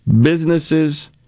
businesses